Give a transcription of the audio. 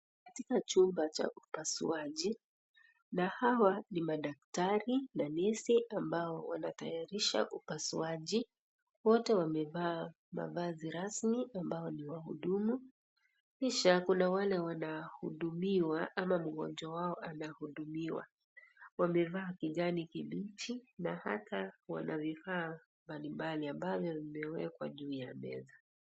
Katika chumba cha upasuaji na Hawa ni madaktari na nesi ambao wanatayarisha upasuaji. Wote wamevaa mavazi rasmi ambao ni wahudumu. Kisha Kuna wale wanahudumiwa ama mgonjwa wao anahudumiwa, wamevaa kijani kibichi na hata wana vifaa mbali mbali ambavyo vimewekwa juu ya meza.